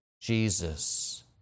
Jesus